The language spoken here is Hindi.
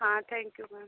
हाँ थैंक यू मैम